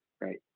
right